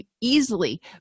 easily